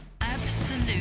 absolute